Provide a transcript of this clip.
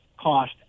cost